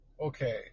Okay